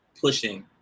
pushing